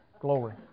Glory